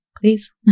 please